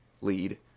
lead